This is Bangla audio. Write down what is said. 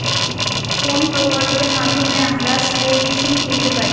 কোন প্রকল্পের মাধ্যমে আমরা স্প্রে মেশিন পেতে পারি?